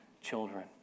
children